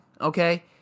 Okay